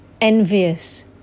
envious